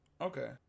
Okay